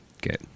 good